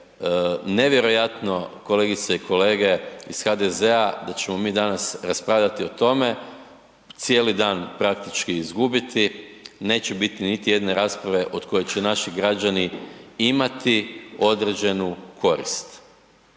nevjerojatno kolegice i kolege iz HDZ-a da ćemo mi danas raspravljati o tome, cijeli dan praktički izgubiti, neće biti niti jedne rasprave od koje će naši građani imati određenu korist.